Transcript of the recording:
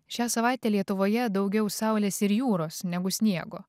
šią savaitę lietuvoje daugiau saulės ir jūros negu sniego